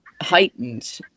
heightened